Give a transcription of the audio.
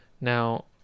now